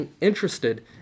interested